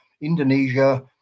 Indonesia